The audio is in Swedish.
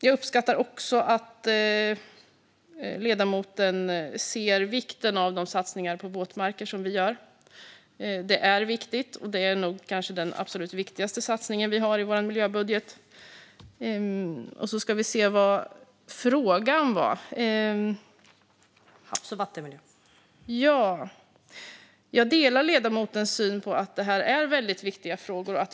Jag uppskattar också att ledamoten ser vikten av de satsningar på våtmarker som vi gör. Det är viktigt, och det är kanske den absolut viktigaste satsningen vi har i vår miljöbudget. Nu ska vi se vad frågan var .: Havs och vattenmiljön.) Ja, jag delar ledamotens syn på att det här är väldigt viktiga frågor.